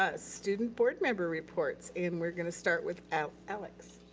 ah student board member reports. and we're gonna start with alex.